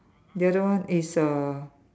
the other one is err